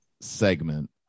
Segment